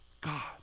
God